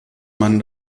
man